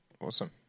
Awesome